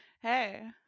hey